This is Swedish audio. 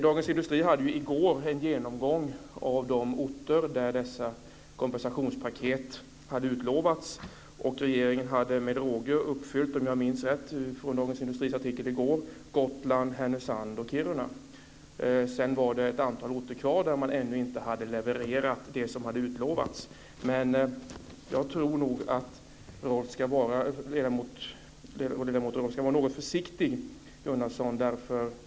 Dagens Industri hade i går en genomgång av de orter där dessa kompensationspaket hade utlovats. Regeringen hade med råge uppfyllt, om jag minns rätt från artikeln, sina löften när det gäller Gotland, Härnösand och Kiruna. Sedan var det ett antal orter kvar där man ännu inte hade levererat det som hade utlovats. Men jag tror nog att Rolf Gunnarsson ska vara lite försiktig.